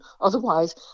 Otherwise